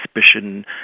suspicion